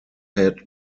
had